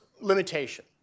limitation